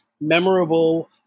memorable